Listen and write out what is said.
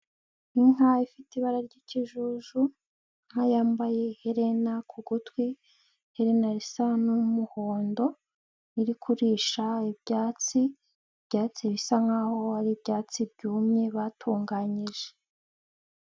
Inka ifite ibara ry'ikijuju, inkayambaye ihelena ku gutwi, iherena risa n'umuhondo, iri kurisha ibyatsi bisa nk'aho ari ibyatsi byumye batunganyije.